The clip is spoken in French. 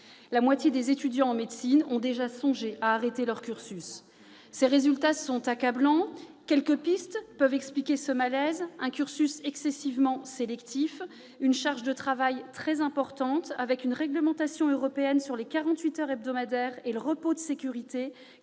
La moitié des étudiants en médecine ont déjà songé à arrêter leur cursus. Ces résultats sont accablants ! Quelques pistes peuvent expliquer ce malaise : un cursus excessivement sélectif ; une charge de travail très lourde, avec une réglementation européenne sur les quarante-huit heures hebdomadaires et le repos de sécurité